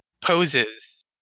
poses